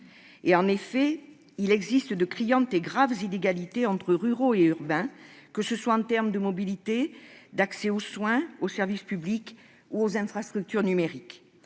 En effet, il existe de criantes et graves inégalités entre les ruraux et les urbains, que ce soit en termes de mobilité, d'accès aux soins, aux services publics ou aux infrastructures numériques.